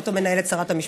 ואותו מנהלת שרת המשפטים.